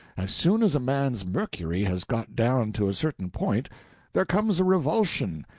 as soon as a man's mercury has got down to a certain point there comes a revulsion,